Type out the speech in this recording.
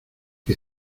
que